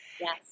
Yes